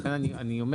לכן אני אומר,